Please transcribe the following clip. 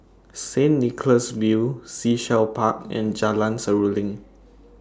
Saint Nicholas View Sea Shell Park and Jalan Seruling